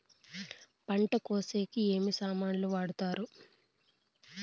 పంట కోసేకి ఏమి సామాన్లు వాడుతారు?